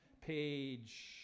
Page